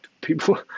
people